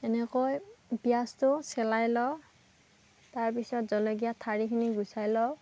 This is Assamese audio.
এনেকৈ পিয়াঁজটো ছেলাই লওঁ তাৰপিছত জলকীয়া ঠাৰিখিনি গুচাই লওঁ